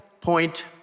point